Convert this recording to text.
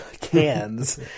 Cans